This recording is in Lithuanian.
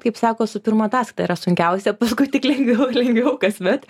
kaip sako su pirma ataskaita yra sunkiausia paskui tik lengviau lengviau kasmet